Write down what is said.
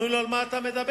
אומרים לו: על מה אתה מדבר,